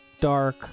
dark